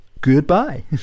goodbye